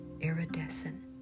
iridescent